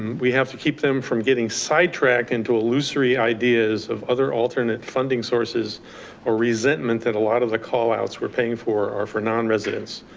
we have to keep them from getting sidetracked into illusory ideas of other alternate funding sources or resentment that a lot of the call outs we're paying for are for non-residents.